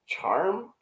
charm